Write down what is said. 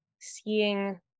seeing